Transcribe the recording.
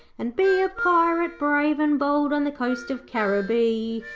and be a pirate brave and bold on the coast of caribbee.